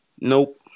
Nope